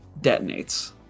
detonates